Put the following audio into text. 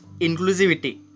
inclusivity